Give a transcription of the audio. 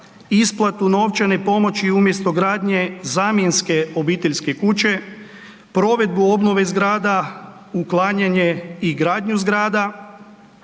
isplatu novčane pomoći umjesto gradnje zamjenske obiteljske kuće, provedbu obnove zgrada, uklanjanje i gradnju zgrada,